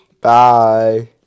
Bye